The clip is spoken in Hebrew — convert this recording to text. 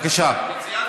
אבל ציינתי